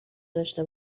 داشه